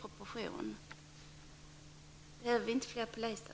Behövs det inte fler poliser?